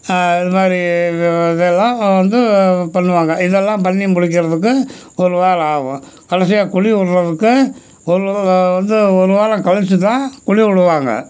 இது மாதிரி இதெல்லாம் வந்து பண்ணுவாங்க இதெல்லாம் பண்ணி முடிக்கிறதுக்கு ஒரு வாரம் ஆகும் கடைசியாக குழி விட்றதுக்கு ஒரு வந்து ஒரு வாரம் கழிச்சு தான் குழிவிடுவாங்க